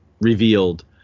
revealed